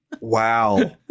Wow